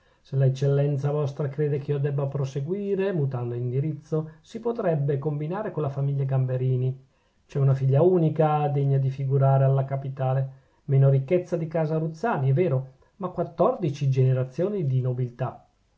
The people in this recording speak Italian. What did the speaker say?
se la eccellenza vostra crede che io debba proseguire mutando indirizzo si potrebbe combinare con la famiglia gamberini c'è una figlia unica degna di figurare alla capitale meno ricchezza di casa ruzzani è vero ma quattordici generazioni di nobiltà